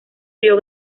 río